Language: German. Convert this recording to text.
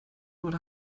oder